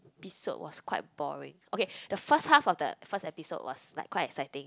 episode was quite boring okay the first half of the first episode was like quite exciting